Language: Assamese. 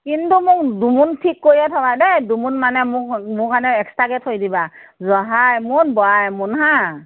কিন্তু মোক দুমোন ঠিক কৰিয়ে থ'বা দেই দুমোন মানে মো মোৰ কাৰণে এক্সট্ৰাকৈ থৈ দিবা জহা এমোন বৰা এমোন হা